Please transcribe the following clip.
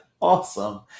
Awesome